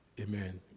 Amen